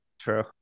true